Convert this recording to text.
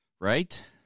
Right